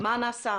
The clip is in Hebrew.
מה נעשה?